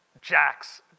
Jax